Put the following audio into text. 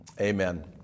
Amen